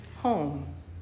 home